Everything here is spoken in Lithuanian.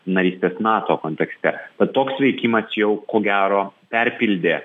narystės nato kontekste bet toks veikimas jau ko gero perpildė